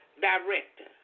director